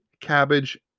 cabbage